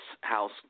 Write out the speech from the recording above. house